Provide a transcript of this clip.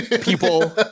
people